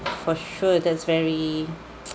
for sure that's very